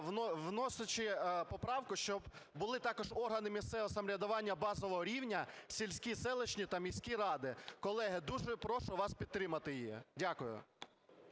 вносячи поправку, щоб були також органи місцевого самоврядування базового рівня – сільські, селищні та міські ради. Колеги, дуже прошу вас підтримати її. Дякую.